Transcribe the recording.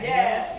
Yes